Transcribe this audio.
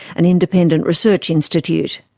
an independent research institute.